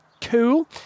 Cool